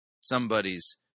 somebody's